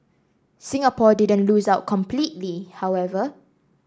Singapore didn't lose out completely however